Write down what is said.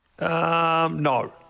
No